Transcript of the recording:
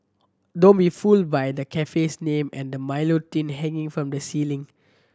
don't be fooled by the cafe's name and the Milo tin hanging from the ceiling